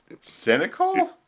cynical